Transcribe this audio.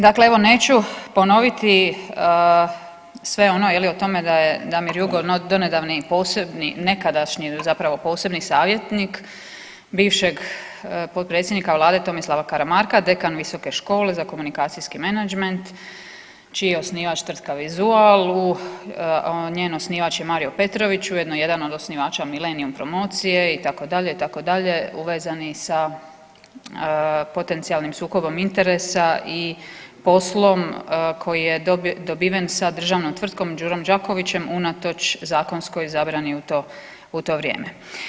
Dakle, evo neću ponoviti sve ono je li o tome da je Damir Jugo donedavni posebni, nekadašnji zapravo posebni savjetnik bivšeg potpredsjednika vlade Tomislava Karamarka, dekan Visoke škole za komunikacijski menadžment čiji je osnivač tvrtka Visual u, njen osnivač je Mario Petrović ujedno jedan od osnivača Millenium promocije itd., itd., uvezani sa potencijalnim sukobom interesa i poslom koji je dobiven sa državnom tvrtkom Đurom Đakovićem unatoč zakonskoj zabrani u to, u to vrijeme.